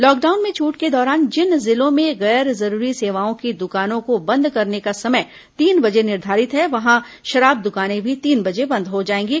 lockdown में छूट के दौरान जिन जिलों में गैर जरूरी सेवाओं की दुकानों को बंद करने का समय तीन बजे निर्घारित है वहां शराब द्वकाने भी तीन बजे बंद हो जाएंगी